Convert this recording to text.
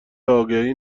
آگهی